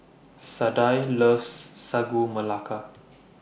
Sadye loves Sagu Melaka